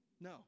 No